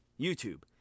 YouTube